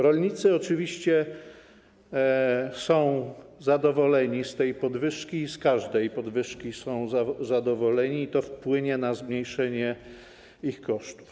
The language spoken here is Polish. Rolnicy oczywiście są zadowoleni z tej podwyżki, z każdej podwyżki są zadowoleni, i to wpłynie na zmniejszenie ich kosztów.